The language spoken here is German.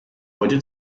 heute